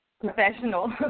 professional